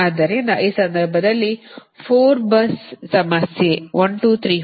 ಆದ್ದರಿಂದ ಈ ಸಂದರ್ಭದಲ್ಲಿ 4 bus ಸಮಸ್ಯೆ 1 2 3 4